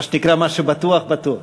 מה שבטוח בטוח.